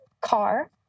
car